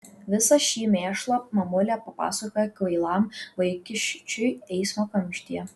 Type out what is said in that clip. visą šį mėšlą mamulė papasakojo kvailam vaikiščiui eismo kamštyje